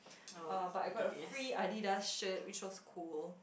uh but I got a free Adidas shirt which was cool